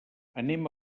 anem